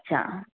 अच्छा